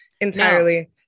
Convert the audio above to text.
Entirely